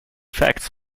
facts